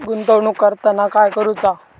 गुंतवणूक करताना काय करुचा?